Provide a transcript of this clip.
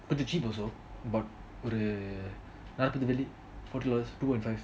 கொஞ்சம்:konjam cheap also but நாற்பது வெள்ளி:naarpathu velli two point five